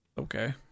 Okay